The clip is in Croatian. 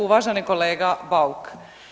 Uvaženi kolega Bauk.